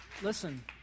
Listen